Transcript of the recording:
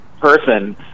person